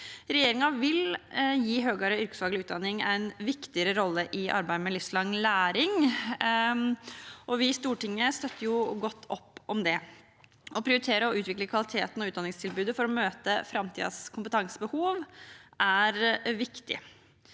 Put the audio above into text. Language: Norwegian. Regjeringen vil gi høyere yrkesfaglig utdanning en viktigere rolle i arbeidet med livslang læring, og vi i Stortinget støtter godt opp om det. Å prioritere og utvikle kvaliteten og utdanningstilbudet for å møte framtidens kompetansebehov er viktig.